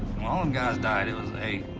when all them guys died, it was, hey,